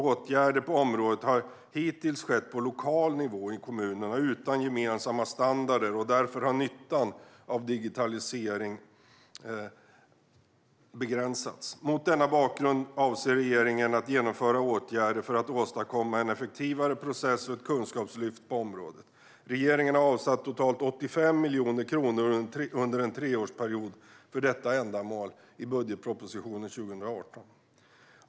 Åtgärder på området har hittills skett på lokal nivå i kommunerna utan gemensamma standarder, och därför har nyttan av digitalisering begränsats. Mot denna bakgrund avser regeringen att vidta åtgärder för att åstadkomma en effektivare process och ett kunskapslyft på området. Regeringen har avsatt totalt 85 miljoner kronor under en treårsperiod för detta ändamål i budgetpropositionen för 2018.